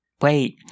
wait